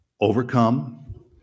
overcome